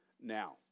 now